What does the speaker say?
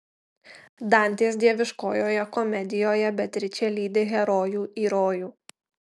dantės dieviškoje komedijoje beatričė lydi herojų į rojų